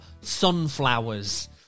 sunflowers